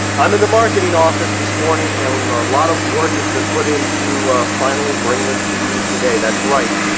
i'm in the marketing office this morning, and a lot of work has been put into finally bringing this to you today. that's right.